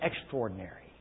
extraordinary